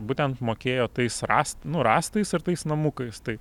būtent mokėjo tais rąst nu rąstais ir tais namukais tai